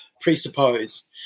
presuppose